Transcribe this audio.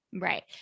Right